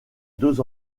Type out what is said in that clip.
deux